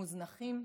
מוזנחים,